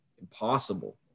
impossible